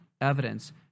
evidence